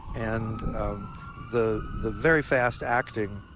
and the the very fast acting